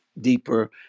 deeper